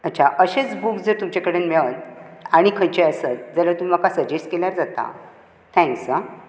अच्छा अशेंच बूक जर तुमचे कडेन मेळत आनी खंयचे आसात जाल्यार तुमी म्हाका सजेस्ट केल्यार जाता थेंक्स हां